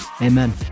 amen